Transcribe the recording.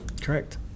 Correct